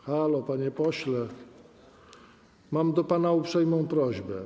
Halo, panie pośle, mam do pana uprzejmą prośbę.